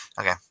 Okay